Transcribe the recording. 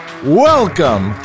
Welcome